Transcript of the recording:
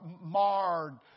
marred